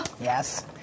Yes